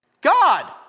God